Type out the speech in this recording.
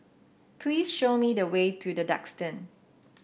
please show me the way to The Duxton